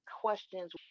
questions